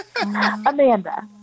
Amanda